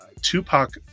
Tupac